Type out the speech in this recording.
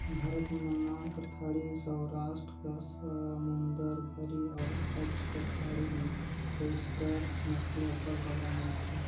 भारत में मन्नार कर खाड़ी, सवरास्ट कर समुंदर घरी अउ कच्छ कर खाड़ी में ओइस्टर मछरी अब्बड़ बगरा मिलथे